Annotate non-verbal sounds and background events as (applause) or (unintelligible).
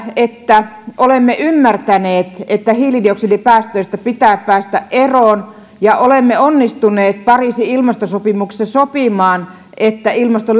että olemme ymmärtäneet että hiilidioksidipäästöistä pitää päästä eroon ja olemme onnistuneet pariisin ilmastosopimuksessa sopimaan että ilmaston (unintelligible)